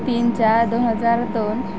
तीन चार दोन हजार दोन